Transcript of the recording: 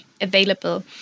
available